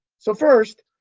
so, first,